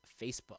Facebook